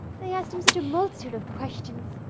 they asked him such a multitude of questions!